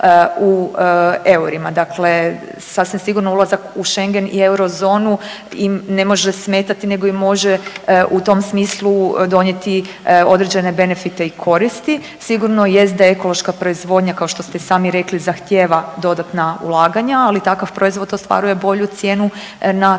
Dakle, sasvim sigurno ulazak u Schengen i eurozonu im ne može smetati nego im može u tom smislu donijeti određene benefite i koristiti. Sigurno jest da ekološka proizvodnja kao što ste i sami rekli zahtjeva dodatna ulaganja, ali takav proizvod ostvaruje bolju cijenu na tržištu